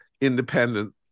independence